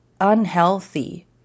unhealthy